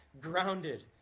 grounded